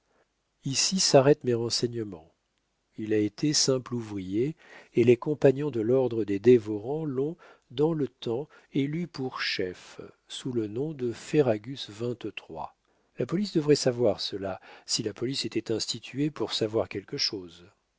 ici s'arrêtent mes renseignements il a été simple ouvrier et les compagnons de l'ordre des dévorants l'ont dans le temps élu pour chef sous le nom de ferragus xxiii la police devrait savoir cela si la police était instituée pour savoir quelque chose